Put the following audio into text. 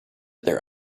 their